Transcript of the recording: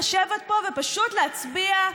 לשבת פה ופשוט להצביע,